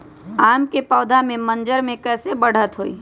आम क पौधा म मजर म कैसे बढ़त होई?